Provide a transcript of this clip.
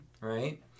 right